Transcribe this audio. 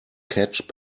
catch